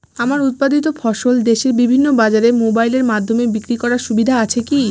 আমার উৎপাদিত ফসল দেশের বিভিন্ন বাজারে মোবাইলের মাধ্যমে বিক্রি করার সুবিধা আছে কি?